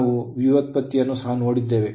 ನಾವು ವ್ಯುತ್ಪತ್ತಿಯನ್ನು ಸಹ ನೋಡಿದ್ದೇವೆ